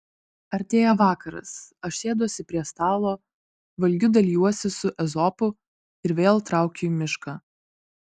artėja vakaras aš sėduosi prie stalo valgiu dalijuosi su ezopu ir vėl traukiu į mišką